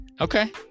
Okay